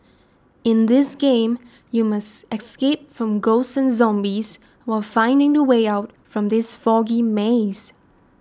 in this game you must escape from ghosts and zombies while finding the way out from this foggy maze